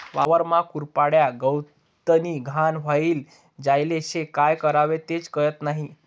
वावरमा कुरपाड्या, गवतनी घाण व्हयी जायेल शे, काय करवो तेच कयत नही?